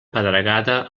pedregada